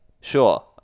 Sure